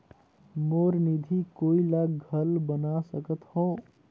मोर निधि कोई ला घल बना सकत हो?